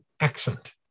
accent